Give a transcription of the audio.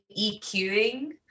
EQing